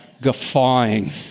guffawing